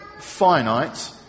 finite